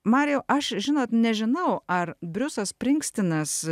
marijau aš žinot nežinau ar briusas springstinas